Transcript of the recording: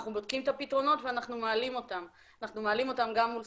אנחנו בודקים את הפתרונות ואנחנו מעלים אותם גם מול